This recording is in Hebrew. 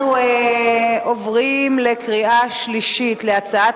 אנחנו עוברים לקריאה שלישית של הצעת